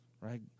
right